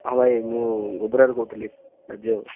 ହଁ ଭାଇ ମୁଁ ଗୋବରାରୁ କହୁଥିଲି ଏଇ ଯେଉଁ